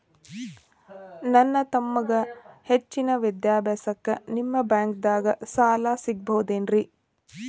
ನನ್ನ ತಮ್ಮಗ ಹೆಚ್ಚಿನ ವಿದ್ಯಾಭ್ಯಾಸಕ್ಕ ನಿಮ್ಮ ಬ್ಯಾಂಕ್ ದಾಗ ಸಾಲ ಸಿಗಬಹುದೇನ್ರಿ?